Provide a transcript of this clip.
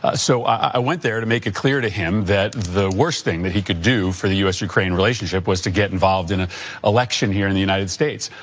ah so i went there to make it clear to him that the worst thing that he could do for the us ukraine relationship was to get involved in an election here in the united states.